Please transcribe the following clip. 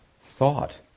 thought